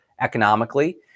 economically